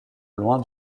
loin